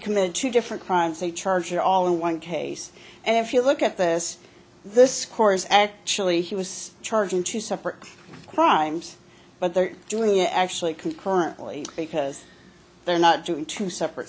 committed two different crimes say charges are all in one case and if you look at this this course actually he was charging two separate crimes but they're doing it actually concurrently because they're not doing two separate